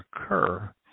occur